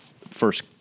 first